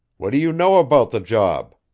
what do you know about the job?